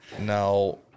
Now